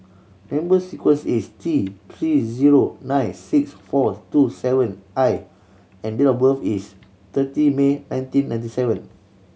number sequence is T Three zero nine six four two seven I and date of birth is thirty May nineteen ninety seven